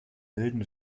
milden